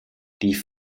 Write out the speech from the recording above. die